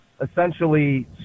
essentially